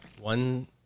One